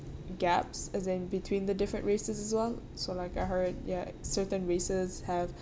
gaps as in between the different races as well so like I heard ya certain races have